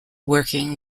working